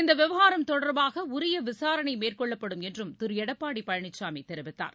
இந்த விவகாரம் தொடர்பாக உரிய விசாரணை மேற்கொள்ளப்படும் என்றும் திரு எடப்பாடி பழனிசாமி தெரிவித்தார்